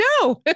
No